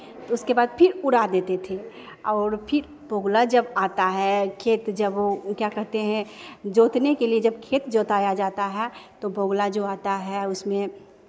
उसके बाद फिर उड़ा देते थे और फिर बगुला जब आता है खेत जब वो क्या कहते हैं जोतने के लिये जब खेत जुताया जाता है तो बगुला जो आता है उसमें